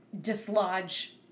dislodge